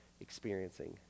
experiencing